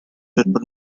denver